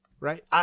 Right